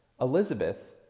Elizabeth